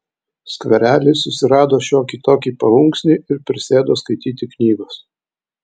skverely susirado šiokį tokį paunksnį ir prisėdo skaityti knygos